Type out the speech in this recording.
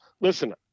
listen